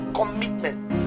commitment